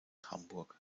hamburg